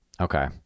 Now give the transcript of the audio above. Okay